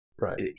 Right